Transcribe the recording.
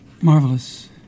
Marvelous